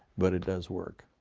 but it does work.